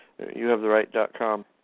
YouHaveTheRight.com